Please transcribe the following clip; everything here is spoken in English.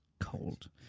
Cold